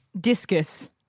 Discus